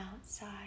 outside